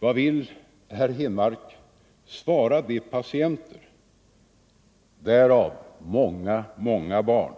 Vad vill herr Henmark svara de patienter hos folktandvården — däribland många barn